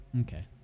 Okay